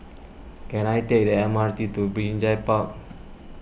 can I take the M R T to Binjai Park